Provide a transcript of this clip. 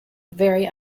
very